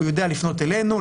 הוא יודע לפנות אלינו,